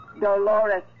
Dolores